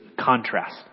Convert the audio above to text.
contrast